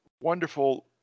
wonderful